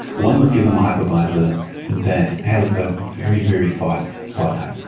one was give them a hypervisor that has a very, very fast start time.